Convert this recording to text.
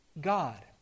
God